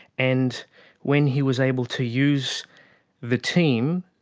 and when he was able to use the team,